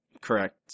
Correct